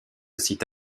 site